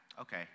Okay